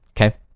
Okay